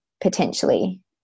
potentially